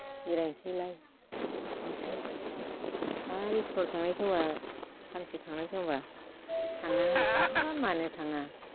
जिरायसैलाय ओमफ्राय आरो स्कुलाव थांनाय समब्ला सानसे थांनाय समबा थाङा होनसै हाबाब मानो थाङा